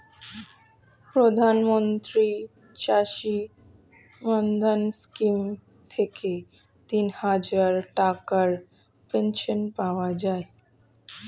প্রধানমন্ত্রী চাষী মান্ধান স্কিম থেকে তিনহাজার টাকার পেনশন পাওয়া যায়